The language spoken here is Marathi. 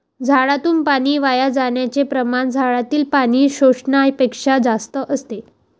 झाडातून पाणी वाया जाण्याचे प्रमाण झाडातील पाणी शोषण्यापेक्षा जास्त असते